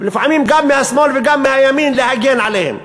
לפעמים גם מהשמאל וגם מהימין, להגן עליהם.